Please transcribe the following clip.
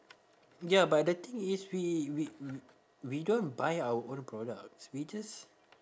ya but the thing is we we we we don't buy our own products we just